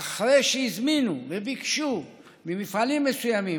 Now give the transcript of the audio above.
אחרי שהזמינו וביקשו ממפעלים מסוימים